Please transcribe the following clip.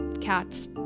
cats